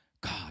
God